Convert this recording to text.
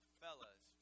fellas